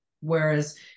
whereas